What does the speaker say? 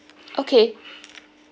okay